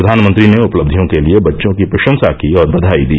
प्रधानमंत्री ने उपलब्धियों के लिए बच्चों की प्रशंसा की और बधाई दी